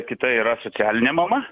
kita yra socialinė mama